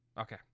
Okay